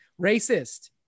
racist